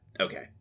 okay